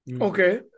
Okay